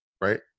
right